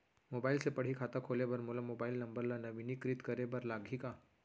Mobile से पड़ही खाता खोले बर मोला मोबाइल नंबर ल नवीनीकृत करे बर लागही का?